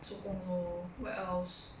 做工 lor what else